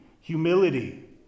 humility